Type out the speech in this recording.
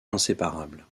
inséparables